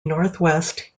northwest